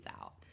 out